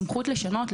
הסמכות לשנות,